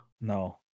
no